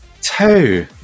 two